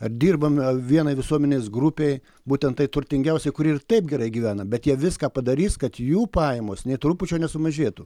ar dirbame vienai visuomenės grupei būtent tai turtingiausiai kuri ir taip gerai gyvena bet jie viską padarys kad jų pajamos nė trupučio nesumažėtų